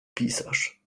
pisarz